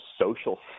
social